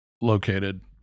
located